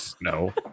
no